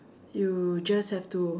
you just have to